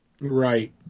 Right